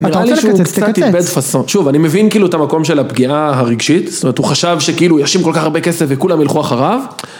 נראה לי שהוא קצת איבד פאסון, שוב אני מבין כאילו את המקום של הפגיעה הרגשית, זאת אומרת הוא חשב שכאילו ישים עם כל כך הרבה כסף וכולם ילכו אחריו